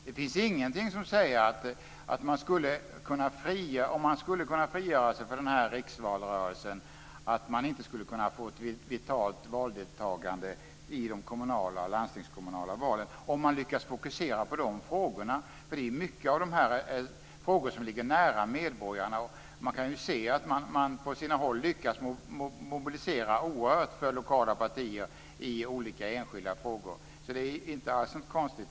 Det finns ingenting som säger att man, om man skulle kunna frigöra sig från riksvalrörelsen, inte skulle kunna få ett vitalt valdeltagande i de kommunala och landstingskommunala valen om man lyckas fokusera på de frågorna. Det är många av frågorna som ligger nära medborgarna, och man kan ju se att man på sina håll lyckas mobilisera oerhört för lokala partier i olika enskilda frågor. Det är alltså inte alls konstigt.